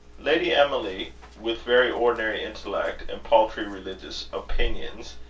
lady emily, with very ordinary intellect, and paltry religious opinions,